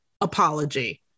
apology